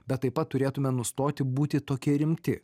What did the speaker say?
bet taip pat turėtume nustoti būti tokie rimti